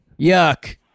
yuck